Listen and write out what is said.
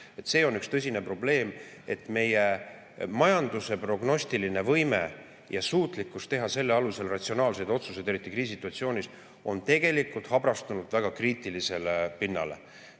See on tõsine probleem, et meie majanduse [prognoosimise] võime ja suutlikkus teha selle alusel ratsionaalseid otsuseid, eriti kriisisituatsioonis, on tegelikult habrastunud väga kriitilise pinnani.